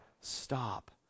Stop